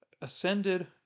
ascended